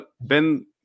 Ben